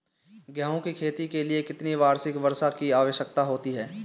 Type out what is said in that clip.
गेहूँ की खेती के लिए कितनी वार्षिक वर्षा की आवश्यकता होती है?